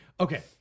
Okay